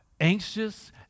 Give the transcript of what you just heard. anxious